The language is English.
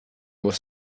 was